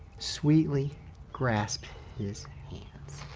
sweetly grasp his hands.